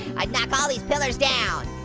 i'd knock all these pillars down.